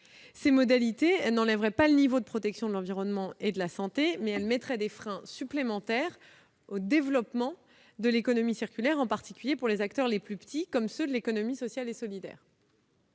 Ces modalités n'élèveraient pas le niveau de protection de l'environnement et de la santé, mais mettraient des freins supplémentaires au développement de l'économie circulaire, en particulier pour les acteurs les plus petits, comme ceux de l'économie sociale et solidaire.